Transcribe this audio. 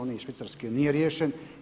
Onaj iz Švicarske nije riješen.